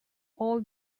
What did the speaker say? all